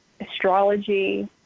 astrology